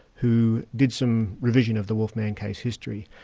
who did some revision of the wolf man case history,